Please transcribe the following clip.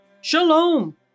Shalom